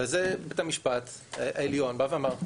וזה בית המשפט העליון בא ואמר,